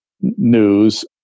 news